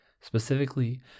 Specifically